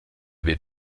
weht